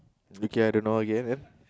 okay I don't know again ya